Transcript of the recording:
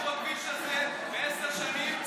בכביש הזה בעשר שנים,